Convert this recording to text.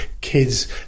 kids